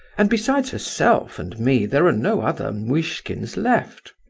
and besides herself and me there are no other muishkins left.